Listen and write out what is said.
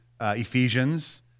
Ephesians